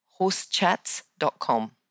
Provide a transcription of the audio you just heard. Horsechats.com